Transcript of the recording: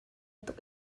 tuk